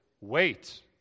Wait